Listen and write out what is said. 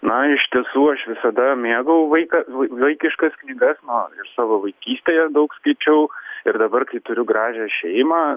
na iš tiesų aš visada mėgau vaiką vai vaikiškas knygas nuo savo vaikystėje daug skaičiau ir dabar kai turiu gražią šeimą